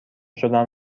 شدم